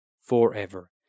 forever